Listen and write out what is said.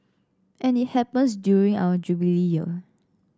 and it happens during our Jubilee Year